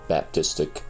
Baptistic